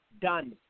Done